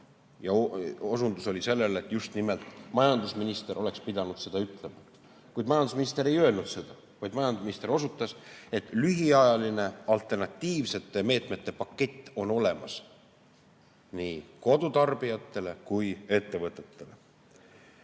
ja osundas sellele, et just nimelt majandusminister oleks pidanud seda ütlema. Kuid majandusminister ei öelnud seda, vaid majandusminister osutas, et lühiajaline alternatiivsete meetmete pakett on olemas, nii kodutarbijatele kui ka ettevõtetele